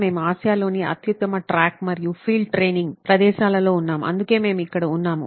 మేము ఆసియాలోని అత్యుత్తమ ట్రాక్ మరియు ఫీల్డ్ ట్రైనింగ్ ప్రదేశాలలో ఉన్నాము అందుకే మేము ఇక్కడ ఉన్నాము